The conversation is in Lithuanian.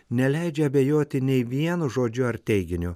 neleidžia abejoti nei vienu žodžiu ar teiginiu